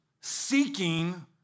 seeking